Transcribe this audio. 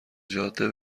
جاده